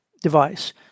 device